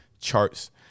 charts